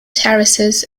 terraces